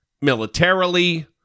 militarily